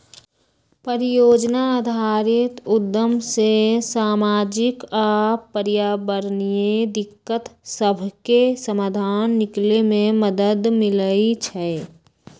परिजोजना आधारित उद्यम से सामाजिक आऽ पर्यावरणीय दिक्कत सभके समाधान निकले में मदद मिलइ छइ